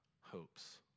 hopes